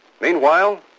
Meanwhile